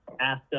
asked